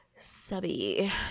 Subby